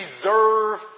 deserve